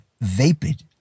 vapid